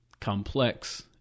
Complex